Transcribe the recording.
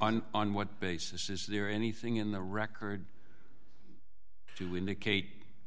of on what basis is there anything in the record to indicate